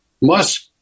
Musk